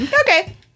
Okay